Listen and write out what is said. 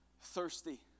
thirsty